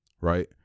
right